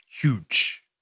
Huge